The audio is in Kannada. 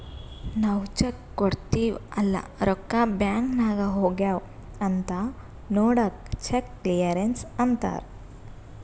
ನಾವ್ ಚೆಕ್ ಕೊಡ್ತಿವ್ ಅಲ್ಲಾ ರೊಕ್ಕಾ ಬ್ಯಾಂಕ್ ನಾಗ್ ಹೋಗ್ಯಾವ್ ಅಂತ್ ನೊಡ್ಲಕ್ ಚೆಕ್ ಕ್ಲಿಯರೆನ್ಸ್ ಅಂತ್ತಾರ್